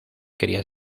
quería